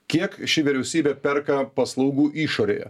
kiek ši vyriausybė perka paslaugų išorėje